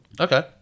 Okay